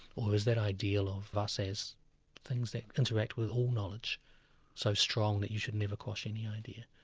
or is that ideal of us as things that interact with all knowledge so strong that you should never quash any idea.